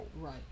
Right